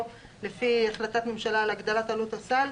לפי החלטת ממשלה על הגדלת עלות הסל.